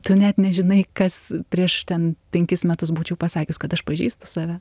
tu net nežinai kas prieš ten penkis metus būčiau pasakius kad aš pažįstu save